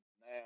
now